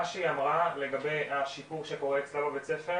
מה שהיא אמרה לגבי השיפור שקורה בבתי הספר.